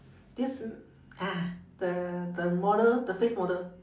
this uh ah the the model the face model